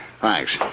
Thanks